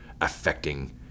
affecting